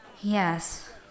Yes